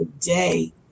today